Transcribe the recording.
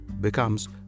becomes